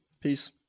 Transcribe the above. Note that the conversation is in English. Peace